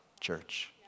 church